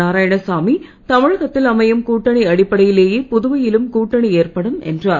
நாராயணசாமி தமிழகத்தில் அமையும் கூட்டணி அடிப்படையிலேயெ புதுவையிலும் கூட்டணி ஏற்படும் என்றார்